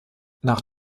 nach